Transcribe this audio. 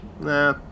nah